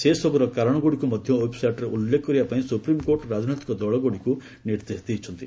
ସେସବୁର କାରଣଗୁଡ଼ିକ ମଧ୍ୟ ଓ୍ୱେବ୍ସାଇଟ୍ରେ ଉଲ୍ଲେଖ କରିବା ପାଇଁ ସୁପ୍ରିମକୋର୍ଟ ରାଜନୈତିକ ଦଳଗୁଡ଼ିକୁ ନିର୍ଦ୍ଦେଶ ଦେଇଛନ୍ତି